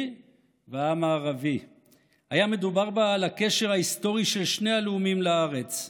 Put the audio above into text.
והעם הערבי"; היה מדובר בה על הקשר ההיסטורי של שני הלאומים לארץ,